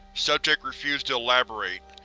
subject refused to elaborate.